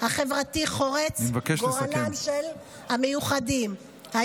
החברתי חורץ את גורל המיוחדים, אני מבקש לסכם.